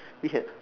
we had